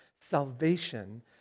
salvation